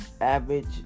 average